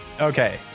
Okay